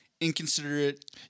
inconsiderate